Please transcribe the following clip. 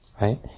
right